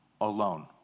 alone